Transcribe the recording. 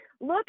Look